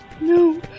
no